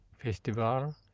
Festival